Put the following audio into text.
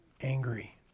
angry